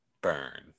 Burn